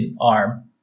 ARM